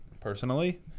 personally